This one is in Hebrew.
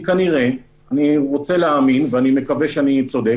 כנראה אני רוצה להאמין ואני מקווה שאני צודק